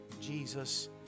Jesus